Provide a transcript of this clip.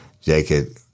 Jacob